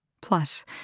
Plus